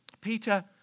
Peter